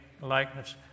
likeness